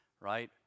right